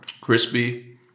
Crispy